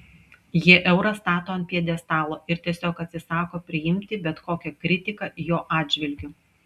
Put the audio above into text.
jie eurą stato ant pjedestalo ir tiesiog atsisako priimti bet kokią kritiką jo atžvilgiu